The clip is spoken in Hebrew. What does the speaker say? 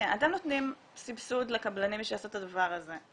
אתם נותנים סבסוד לקבלנים שיעשו את הדבר הזה,